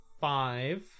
five